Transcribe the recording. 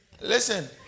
listen